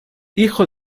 hijo